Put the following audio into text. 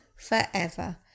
Forever